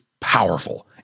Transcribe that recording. powerful